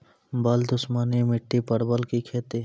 बल दुश्मनी मिट्टी परवल की खेती?